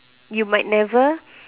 you might never